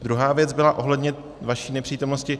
Druhá věc byla ohledně vaší nepřítomnosti.